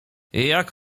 jak